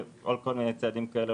ועוד כול מיני צעדים כאלה,